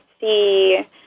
see